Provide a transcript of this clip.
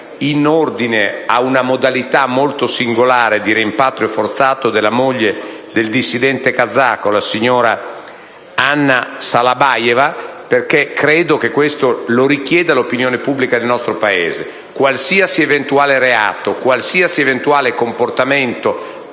in ordine a una modalità molto singolare di rimpatrio forzato della moglie del dissidente kazako, la signora Alma Shalabayeva, perché credo che questo lo richieda l'opinione pubblica del nostro Paese. Qualsiasi eventuale reato o comportamento,